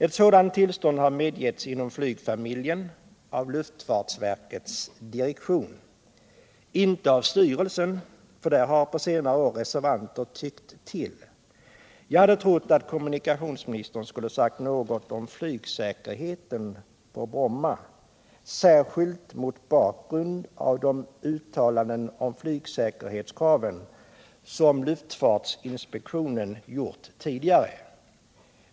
Ett sådant tillstånd har medgetts inom flygfamiljen av Iuftfartsverkets direktion — inte av styrelsen, för där har på scnare år reservanter tyckt till. Jag hade trott att kommunikationsministern skulle ha sagt något om flygsäkerheten på Bromma, särskilt mot bakgrund av de uttalanden om flygsäkerhetskraven som luftfartsinspektionen gjort tidigare.